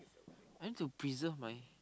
I need to preserve my